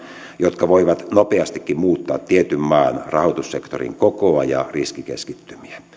jotka voivat nopeastikin muuttaa tietyn maan rahoitussektorin kokoa ja riskikeskittymiä